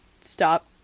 stop